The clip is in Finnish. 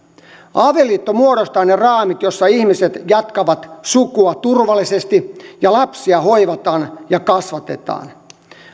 avioliitto muodostaa ne raamit joissa ihmiset jatkavat sukua turvallisesti ja lapsia hoivataan ja kasvatetaan